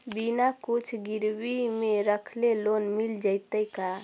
बिना कुछ गिरवी मे रखले लोन मिल जैतै का?